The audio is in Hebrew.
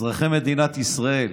אזרחי מדינת ישראל,